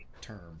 term